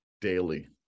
daily